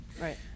right